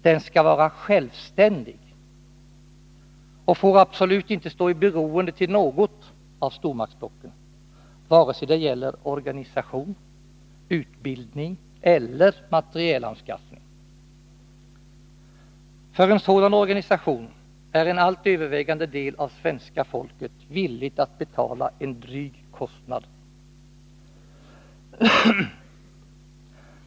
Den skall vara självständig och får absolut inte stå i beroende till något av stormaktsblocken, vare sig det gäller organisation, utbildning eller materielanskaffning. För en sådan organisation är en helt övervägande del av svenska folket villig att betala en dryg kostnad.